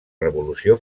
revolució